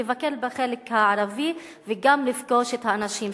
לבקר בחלק הערבי, וגם לפגוש את האנשים שם.